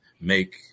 make